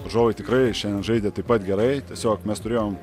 varžovai tikrai šiandien žaidė taip pat gerai tiesiog mes turėjom